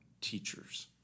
teachers